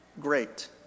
great